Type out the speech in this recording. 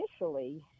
initially